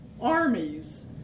armies